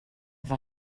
war